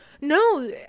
no